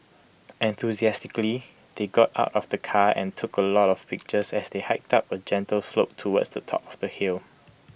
enthusiastically they got out of the car and took A lot of pictures as they hiked up A gentle slope towards the top of the hill